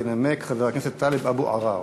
ינמק חבר הכנסת טלב אבו עראר.